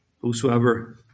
Whosoever